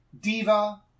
diva